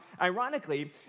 ironically